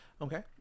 Okay